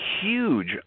huge